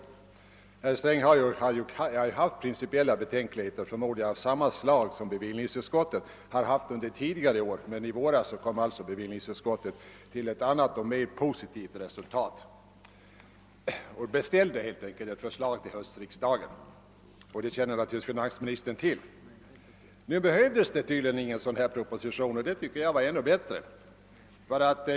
Jag förmodar att herr Sträng har haft principiella betänkligheter av samma slag som bevillningsutskottet tidigare haft. I våras kom emellertid bevillningsutskottet till ett annat och mer positivt resultat; utskottet beställde helt enkelt ett förslag till höstriksdagen. Det kände finansministern naturligtvis till. Nu behövdes det tydligen ingen proposition, och det tycker jag var ännu bättre.